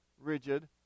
rigid